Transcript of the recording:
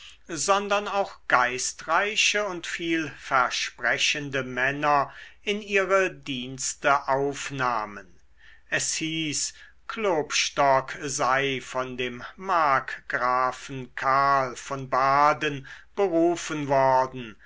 sondern auch geistreiche und vielversprechende männer in ihre dienste aufnahmen es hieß klopstock sei von dem markgrafen karl von baden berufen worden